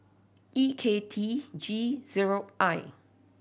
E K T G zero I